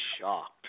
shocked